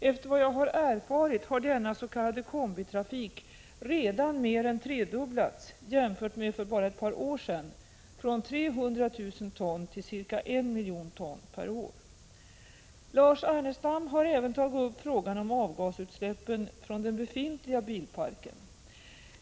Efter vad jag erfarit har denna s.k. kombitrafik redan mer än tredubblats jämfört med för bara ett par år sedan, från 300 000 ton till ca 1 miljon ton per år. Lars Ernestam har även tagit upp frågan om avgasutsläppen från den befintliga bilparken.